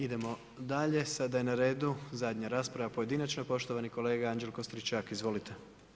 Idemo dalje, sada je na redu, zadnja rasprava, pojedinačna, poštovani kolega Anđelko Stričak, izvolite.